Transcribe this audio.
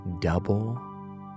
double